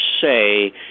say